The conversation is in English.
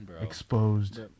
Exposed